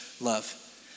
Love